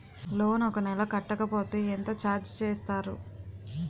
Loan ఒక నెల కట్టకపోతే ఎంత ఛార్జ్ చేస్తారు?